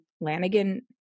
Lanigan